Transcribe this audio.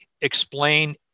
explain